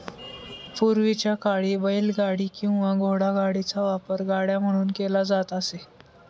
पूर्वीच्या काळी बैलगाडी किंवा घोडागाडीचा वापर गाड्या म्हणून केला जात असे